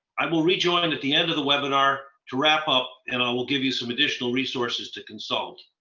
i will rejoin at the end of the webinar to wrap up and i will give you some additional resources to consult.